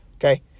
Okay